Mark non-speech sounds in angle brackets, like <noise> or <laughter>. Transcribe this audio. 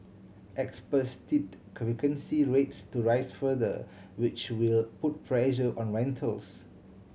experts tipped <unintelligible> vacancy rates to rise further which will put pressure on rentals